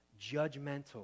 judgmental